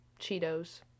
cheetos